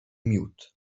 miód